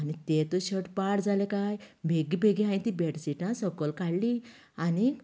आनी तेजो शर्ट पाड जालो कांय बेगी बेगीन हांयेन ती बेडशीटां सकल काडलीं आनी